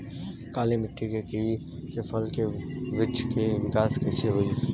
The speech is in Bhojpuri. काली मिट्टी में कीवी के फल के बृछ के विकास कइसे होई?